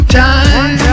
time